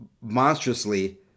monstrously